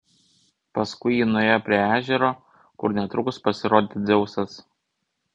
paskui ji nuėjo prie ežero kur netrukus pasirodė dzeusas